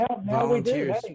volunteers